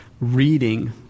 reading